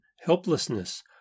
helplessness